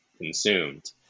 consumed